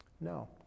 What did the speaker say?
No